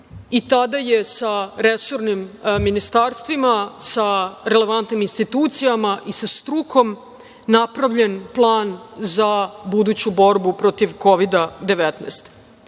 i tada je sa resornim ministarstvima, sa relevantnim institucijama i sa strukom napravljen plan za buduću borbu protiv Kovida